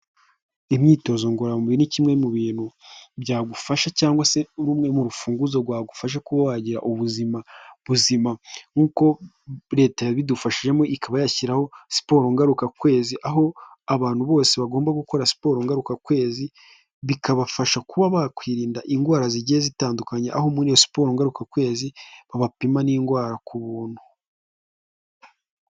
Imyitozo ngororamubiri ni kimwe mu bintu byagufasha cyangwa se ni rumwe mu rufunguzo rwagufasha kuba wagira ubuzima buzima nk'uko leta yabidufashijemo ikaba yashyiraho siporo ngarukakwezi aho abantu bose bagomba gukora siporo ngarukakwezi, bibafasha kuba bakwirinda indwara zigiye zitandukanye, aho muri siporo ngarukakwezi babapima n'indwara ku buntu.